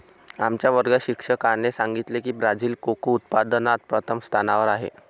आमच्या वर्गात शिक्षकाने सांगितले की ब्राझील कोको उत्पादनात प्रथम स्थानावर आहे